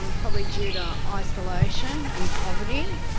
um probably due to isolation and poverty,